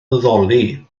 addoli